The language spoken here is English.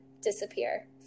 disappear